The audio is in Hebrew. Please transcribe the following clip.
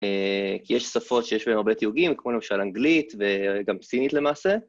כי יש שפות שיש בהן הרבה תיוגים, כמו למשל אנגלית וגם סינית למעשה.